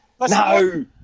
No